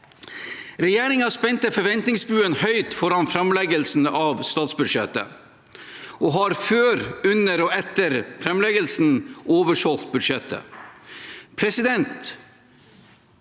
Regjeringen spente forventningens bue høyt foran framleggelsen av statsbudsjettet og har før, under og etter framleggelsen oversolgt budsjettet.